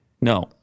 No